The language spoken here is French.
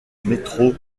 metro